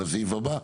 על הסעיף הבא.